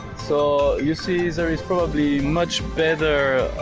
so, you see, there is probably much better